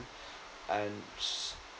and